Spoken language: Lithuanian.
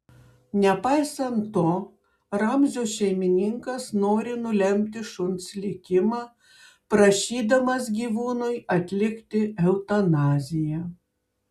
nepaisant to ramzio šeimininkas nori nulemti šuns likimą prašydamas gyvūnui atlikti eutanaziją